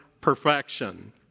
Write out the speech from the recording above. perfection